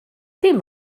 dim